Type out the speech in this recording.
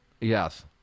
Yes